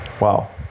Wow